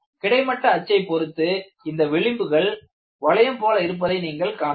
கிடைமட்ட அச்சை பொருத்து இந்த விளிம்புகள் வளையம் போல இருப்பதை நீங்கள் காணலாம்